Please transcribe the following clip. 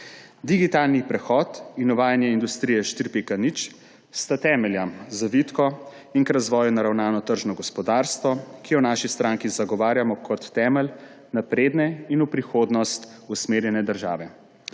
Digitalni prehod in uvajanje industrije 4.0 sta temelja za vitko in k razvoju naravnano tržno gospodarstvo, ki ju v naši stranki zagovarjamo kot temelj napredne in v prihodnost usmerjene države.